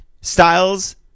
styles